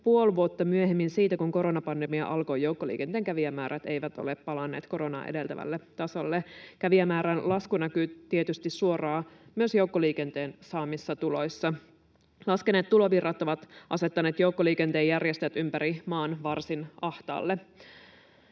puoli vuotta myöhemmin siitä, kun koronapandemia alkoi, joukkoliikenteen kävijämäärät eivät ole palanneet koronaa edeltävälle tasolle. Kävijämäärän lasku näkyy tietysti suoraan myös joukkoliikenteen saamissa tuloissa. Laskeneet tulovirrat ovat asettaneet joukkoliikenteen järjestäjät ympäri maan varsin ahtaalle.